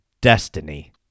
destiny